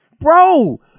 Bro